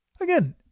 Again